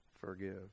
forgive